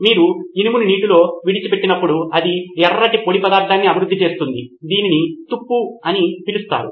మీరు ఇనుమును నీటిలో విడిచిపెట్టినప్పుడు ఇది ఎర్రటి పొడి పదార్థాన్ని అభివృద్ధి చేస్తుంది దీనిని తుప్పు అని పిలుస్తారు